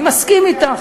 אני מסכים אתך.